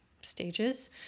stages